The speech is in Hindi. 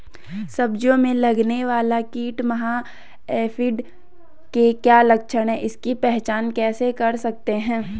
सब्जियों में लगने वाला कीट माह एफिड के क्या लक्षण हैं इसकी पहचान कैसे कर सकते हैं?